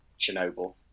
Chernobyl